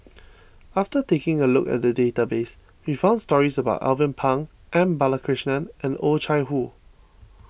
after taking a look at the database we found stories about Alvin Pang M Balakrishnan and Oh Chai Hoo